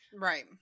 Right